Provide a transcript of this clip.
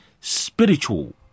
spiritual